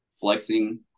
flexing